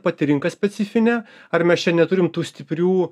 pati rinka specifinė ar mes čia neturim tų stiprių